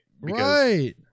right